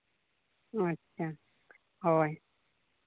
ᱟᱪᱪᱷᱟ ᱦᱳᱭ